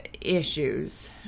issues